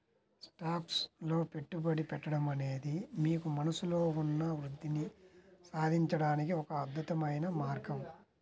stocks లో పెట్టుబడి పెట్టడం అనేది మీకు మనస్సులో ఉన్న వృద్ధిని సాధించడానికి ఒక అద్భుతమైన మార్గం